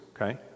okay